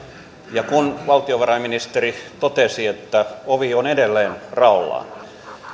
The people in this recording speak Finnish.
ja kun valtiovarainministeri totesi että ovi on edelleen raollaan